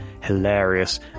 hilarious